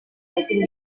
mungkin